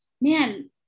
man